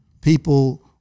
people